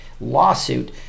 lawsuit